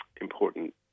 important